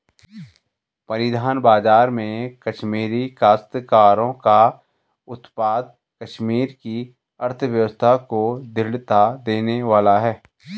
परिधान बाजार में कश्मीरी काश्तकारों का उत्पाद कश्मीर की अर्थव्यवस्था को दृढ़ता देने वाला है